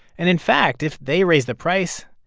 and in fact, if they raise the price,